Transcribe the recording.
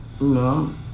No